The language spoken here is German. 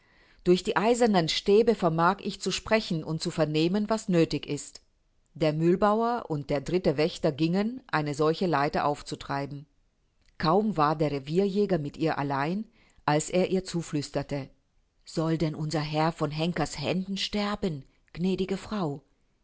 durch die eisernen stäbe vermag ich zu sprechen und zu vernehmen was nöthig ist der mühlbauer und der dritte wächter gingen eine solche leiter aufzutreiben kaum war der revierjäger mit ihr allein als er ihr zuflüsterte soll denn unser herr von henkers händen sterben gnädige frau